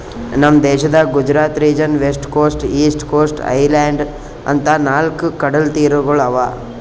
ನಮ್ ದೇಶದಾಗ್ Gujarat region, west coast, east coast, island ಅಂತಾ ನಾಲ್ಕ್ ಕಡಲತೀರಗೊಳ್ ಅವಾ